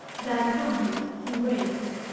died calmly and bravely.